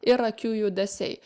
ir akių judesiai